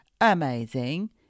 Amazing